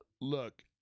look